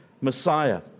Messiah